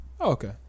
okay